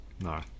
no